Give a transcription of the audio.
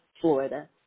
Florida